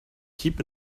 keep